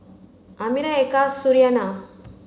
Amirah Eka Suriani